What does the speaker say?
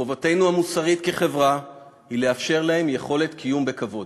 חובתנו המוסרית כחברה היא לאפשר להם יכולת קיום בכבוד.